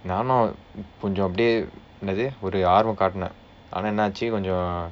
நானும் கொஞ்ச அப்படியே ஒரு ஆர்வம் காட்டினேன் ஆனால் என்ன ஆகியது கொஞ்சம்:naanum konjsam appadiyee oru aarvam katdineen aanaal enna aakiyathu konjsam